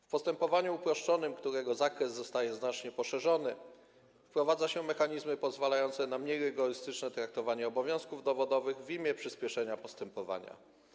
W postępowaniu uproszczonym, którego zakres zostaje znacznie poszerzony, wprowadza się mechanizmy pozwalające na mniej rygorystyczne traktowanie obowiązków dowodowych w imię przyspieszenia postępowania.